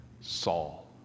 Saul